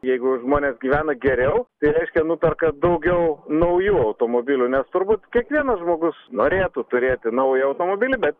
jeigu žmonės gyvena geriau tai reiškia nuperka daugiau naujų automobilių nes turbūt kiekvienas žmogus norėtų turėti naują automobilį bet